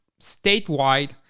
statewide